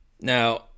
Now